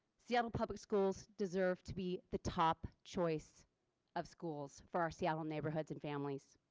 seattle public schools deserve to be the top choice of schools for our seattle neighborhoods and families.